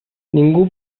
ningú